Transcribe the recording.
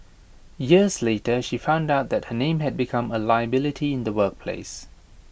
years later she found out that her name had become A liability in the workplace